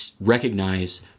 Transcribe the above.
recognize